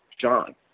John